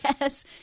Yes